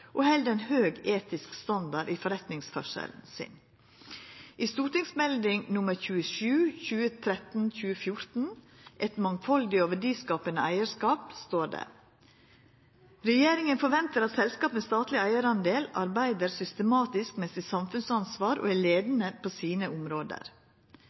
og held ein høg etisk standard i forretningsførselen sin. I Meld. St. 27 for 2013–2014, Et mangfoldig og verdiskapende eierskap, står det: «Regjeringen forventer at selskaper med statlig eierandel arbeider systematisk med sitt samfunnsansvar og er